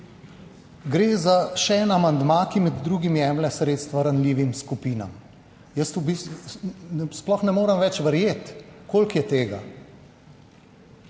gre za še en amandma, ki med drugim jemlje sredstva ranljivim skupinam. Jaz v bistvu sploh ne morem več verjeti, koliko je tega.